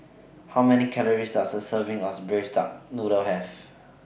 How Many Calories Does A Serving of Braised Duck Noodle Have